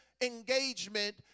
engagement